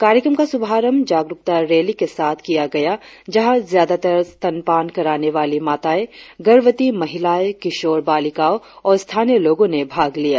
कार्यक्रम का शुभारंभ जागरुकता रैली के साथ किया गया जहां ज्यादातर स्तनपान कराने वाली माताएं गर्भवती महिलाए किशोर बालिकायो और स्थानीय लोग ने भाग लिया